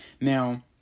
now